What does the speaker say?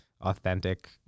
authentic